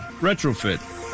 retrofit